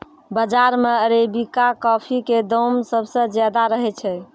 बाजार मॅ arabica coffee के दाम सबसॅ ज्यादा रहै छै